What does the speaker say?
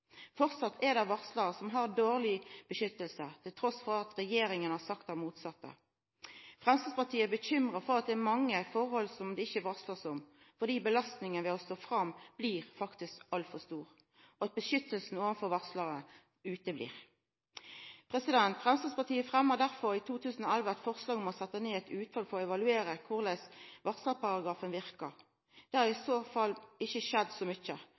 er det varslarar som har dårleg vern, trass i at regjeringa har sagt det motsette. Framstegspartiet er bekymra for at det er mange forhold som det ikkje blir varsla om, fordi belastninga ved å stå fram faktisk blir altfor stor, og at vernet overfor varslaren ikkje blir noko av. Framstegspartiet fremma derfor i 2011 eit forslag om å setja ned eit utval for å evaluera korleis varslarparagrafen verka. Det har i så måte ikkje skjedd så mykje,